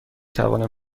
توانم